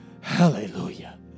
Hallelujah